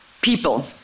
people